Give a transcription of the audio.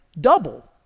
double